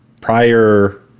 prior